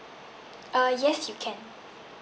uh yes you can